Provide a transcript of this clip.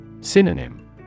Synonym